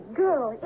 girl